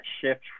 shift